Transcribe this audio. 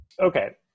Okay